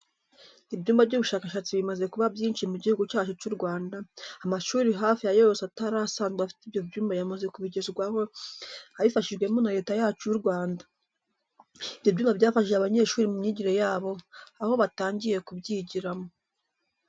Ibyumba by'ubushakashatsi bimaze kuba byinshi mu Gihugu cyacu cy'u Rwanda, amashuri hafi ya yose atari asanzwe afite ibyo byumba yamaze kubigezwaho, abifashijwemo na Leta yacu y'u Rwanda. Ibyo byumba byafashije abanyeshuri mu myigire yabo aho batangiye kubyigiramo.